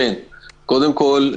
קודם כל,